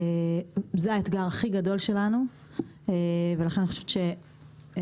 זה האתגר הכי גדול שלנו ולכן אני חושבת שהדיונים